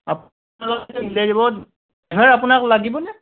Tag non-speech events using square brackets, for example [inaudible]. [unintelligible] আপোনাক লাগিবনে